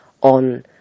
on